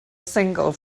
single